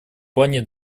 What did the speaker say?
плане